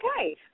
okay